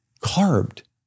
carved